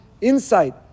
insight